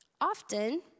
Often